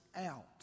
out